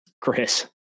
Chris